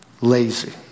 Lazy